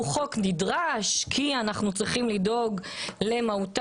שהוא חוק נדרש כי אנחנו צריכים לדאוג למהותה